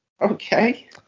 Okay